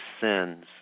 sins